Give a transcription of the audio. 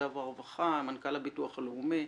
ואת מנכ"ל הביטוח הלאומי,